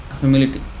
humility